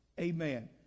Amen